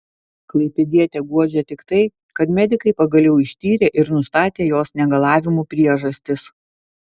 klaipėdietę guodžia tik tai kad medikai pagaliau ištyrė ir nustatė jos negalavimų priežastis